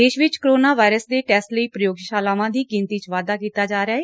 ਦੇਸ਼ ਵਿੱਚ corona virus ਦੇ ਟੈਸਟ ਲਈ ਪੁਯੋਗਸ਼ਾਲਾਵਾਂ ਦੀ ਗਿਣਤੀ 'ਚ ਵਾਧਾ ਕੀਤਾ ਜਾ ਰਿਹਾ ਏ